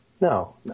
No